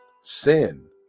sin